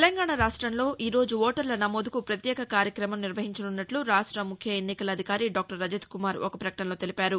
తెలంగాణా రాష్టంలో ఈ రోజు ఓటర్ల నమోదుకు ప్రత్యేక కార్యక్రమం నిర్వహించనున్నట్లు రాష్ట ముఖ్య ఎన్నికల అధికారి డాక్టర్ రజత్కుమార్ ఒక ప్రకటనలో తెలిపారు